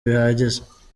bihagije